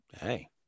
Hey